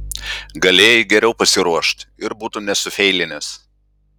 galėjai geriau pasiruošt ir būtum nesufeilinęs